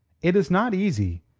it is not easy.